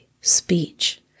speech